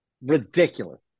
Ridiculous